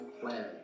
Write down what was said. plan